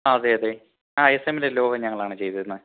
ആ അതെ അതെ ആ എസ് എമ്മിലെ ലോഗോ ഞങ്ങളായിരുന്നു ചെയ്തിരുന്നത്